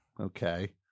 Okay